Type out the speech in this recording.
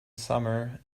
summer